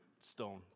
stone